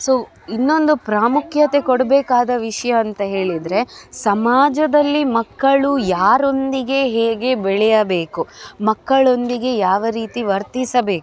so ಇನ್ನೊಂದು ಪ್ರಾಮುಖ್ಯತೆ ಕೊಡಬೇಕಾದ ವಿಷಯ ಅಂತ ಹೇಳಿದರೆ ಸಮಾಜದಲ್ಲಿ ಮಕ್ಕಳು ಯಾರೊಂದಿಗೆ ಹೇಗೆ ಬೆಳೆಯಬೇಕು ಮಕ್ಕಳೊಂದಿಗೆ ಯಾವ ರೀತಿ ವರ್ತಿಸಬೇಕು